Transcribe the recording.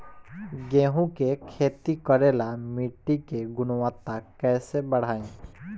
गेहूं के खेती करेला मिट्टी के गुणवत्ता कैसे बढ़ाई?